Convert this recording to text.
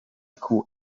coup